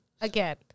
Again